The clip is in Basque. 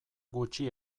gutxi